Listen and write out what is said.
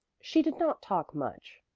she did not talk much,